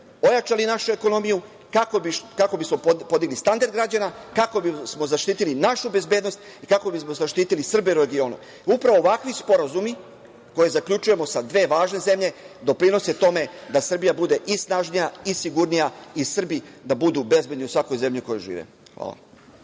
ojačali našu ekonomiju, kako bismo podigli standard građana, kako bismo zaštitili našu bezbednosti, kako bismo zaštitili Srbe u regionu. Upravo ovakvi sporazumi koje zaključujemo sa dve važne zemlje doprinose tome da Srbija bude i snažnija i sigurnija i Srbi da budu bezbedni u svakoj zemlji u kojoj žive. Hvala.